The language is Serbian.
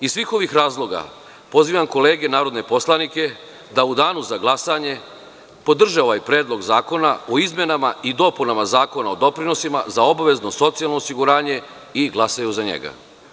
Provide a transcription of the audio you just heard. Iz svih ovih razloga, pozivam kolege narodne poslanike da u Danu za glasanje podrže ovaj predlog zakona o izmenama i dopunama Zakona o doprinosima za obavezno socijalno osiguranje i glasaju za njega.